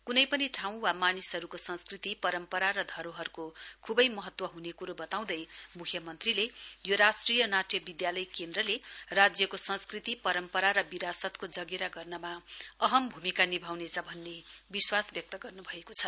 कुनै पनि ठाँउ वा मानिसहरूको संस्कृति परम्परा र धरोहरको खुबै महत्व हुने कुरो बताउँदै मुख्यमन्त्रीले यो राष्ट्रिय नाट्य विद्यालय केन्द्रले राज्यको संस्कृति परम्परा र विरासतको जगेरा गर्नमा अहम् भूमिका निभाउनेछ भन्ने विश्वास व्यक्त गर्नु भएको छ